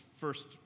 first